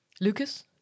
Lucas